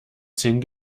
zehn